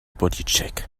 bodycheck